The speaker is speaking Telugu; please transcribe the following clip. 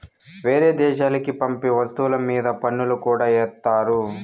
వేరే దేశాలకి పంపే వస్తువుల మీద పన్నులు కూడా ఏత్తారు